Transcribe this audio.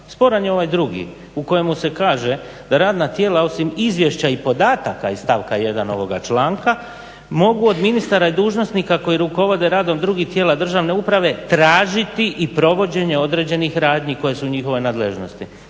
Sporan je ovaj drugi u kojemu se kaže da radna tijela osim izvješća i podataka iz stavka 1.ovoga članka mogu od ministara i dužnosnika koji rukovode radom drugih tijela državne uprave tražiti i provođenje određenih radnji koje su u njihovoj nadležnosti.